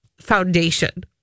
foundation